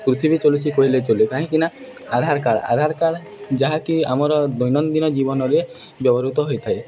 ପୃଥିବୀ ଚଲୁଛି କହିଲେ ଚଲେ କାହିଁକିନା ଆଧାର କାର୍ଡ଼ ଆଧାର କାର୍ଡ଼ ଯାହାକି ଆମର ଦୈନନ୍ଦିନ ଜୀବନରେ ବ୍ୟବହୃତ ହୋଇଥାଏ